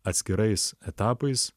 atskirais etapais